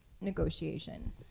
negotiation